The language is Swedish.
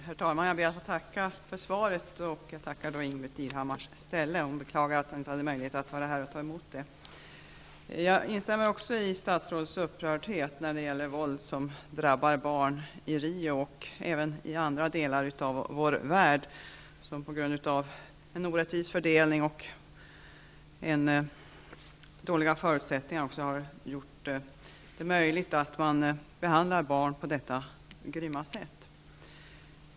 Herr talman! Jag ber, i Ingbritt Irhammars ställe, att få tacka för svaret. Hon beklagar att hon inte hade möjlighet att vara här och ta emot svaret. Jag instämmer i statsrådets upprördhet när det gäller våld som drabbar barn i Rio och även i andra delar av vår värld. Orättvis fördelning och dåliga förutsättningar har gjort det möjligt att behandla barn på detta grymma sätt.